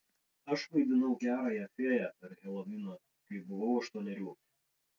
aš vaidinau gerąją fėją per heloviną kai buvau aštuonerių